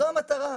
זו המטרה.